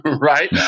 Right